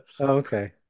okay